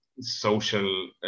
social